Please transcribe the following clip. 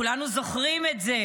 כולנו זוכרים את זה.